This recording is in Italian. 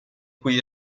cui